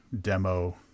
demo